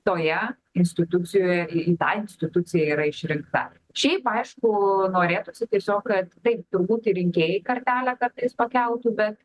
toje institucijoje į į tą instituciją yra išrinkta šiaip aišku norėtųsi tiesiog kad taip turbūt ir rinkėjai kartelę kartais pakeltų bet